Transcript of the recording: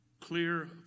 clear